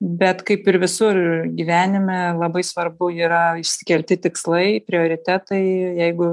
bet kaip ir visur gyvenime labai svarbu yra išskirti tikslai prioritetai jeigu